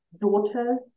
daughters